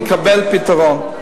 יקבל פתרון.